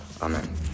Amen